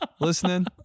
listening